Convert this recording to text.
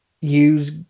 use